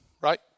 right